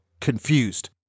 confused